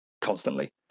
constantly